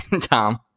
Tom